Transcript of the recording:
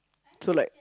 so like